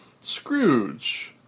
Scrooge